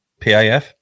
PIF